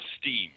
steam